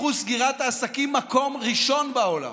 אחוז סגירת העסקים, מקום ראשון בעולם.